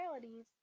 realities